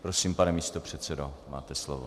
Prosím, pane místopředsedo, máte slovo.